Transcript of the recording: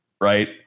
right